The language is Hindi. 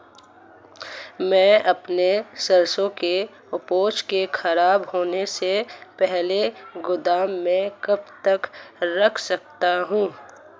मैं अपनी सरसों की उपज को खराब होने से पहले गोदाम में कब तक रख सकता हूँ?